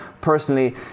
personally